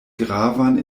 gravan